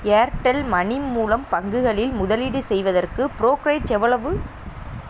Airtel money மூலம் பங்குகளில் முதலீடு செய்வதற்கு ப்ரோக்கரேஜ் எவ்வளவு